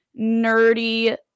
nerdy